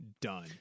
done